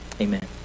amen